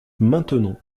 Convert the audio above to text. maintenon